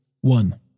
one